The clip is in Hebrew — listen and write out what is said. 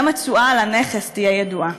גם התשואה על הנכס תהיה ידועה.